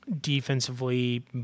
Defensively